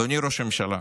אדוני ראש הממשלה,